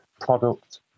product